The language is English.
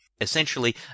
essentially